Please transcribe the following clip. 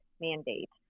mandate